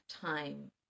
time